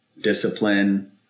discipline